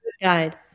guide